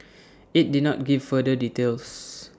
IT did not give further details